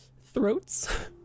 throats